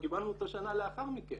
קיבלנו אותו שנה לאחר מכן.